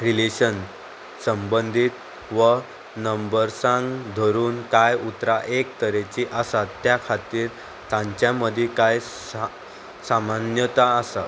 relation संबंदीत व नंबर्सांक धरून कांय उतरां एक तरेची आसात त्या खातीर तांच्या मदीं कांय सा सामान्यताय आसा